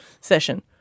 session